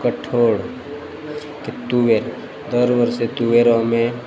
કઠોળ કે તુવેર દાળ વર્ષે તુવેરો અમે